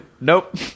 Nope